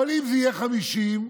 אם זה יהיה 50,000,